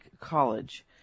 college